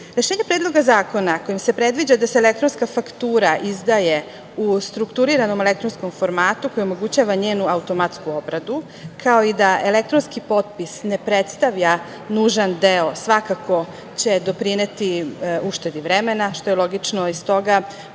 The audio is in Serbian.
Predloga zakona kojim se predviđa da se elektronska faktura izdaje u strukturiranom elektronskom formatu koji omogućava njenu automatsku obradu, kao i da elektronski potpis ne predstavlja nužan deo, svakako će doprineti uštedi vremena, što je logično i stoga